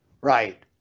Right